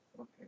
Okay